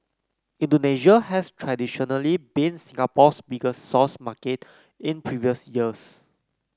Indonesia has traditionally been Singapore's biggest source market in previous years